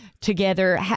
together